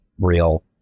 real